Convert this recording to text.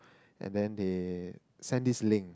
and then they send this link